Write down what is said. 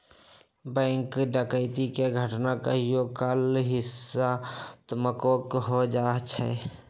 bank डकैती के घटना कहियो काल हिंसात्मको हो जाइ छइ